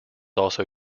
also